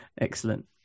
excellent